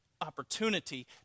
opportunity